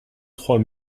trois